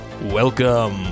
Welcome